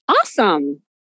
Awesome